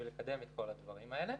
לקדם את כל הדברים האלה.